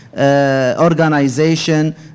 organization